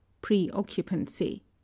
pre-occupancy